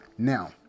Now